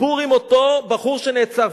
הסיפור עם אותו בחור שנעצר,